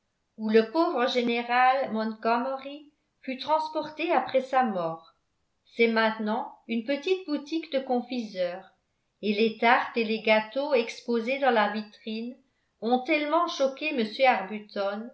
où le pauvre général montgomery fut transporté après sa mort c'est maintenant une petite boutique de confiseur et les tartes et les gâteaux exposés dans la vitrine ont tellement choqué